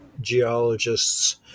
geologists